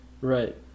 Right